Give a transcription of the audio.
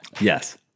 yes